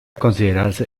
considerarse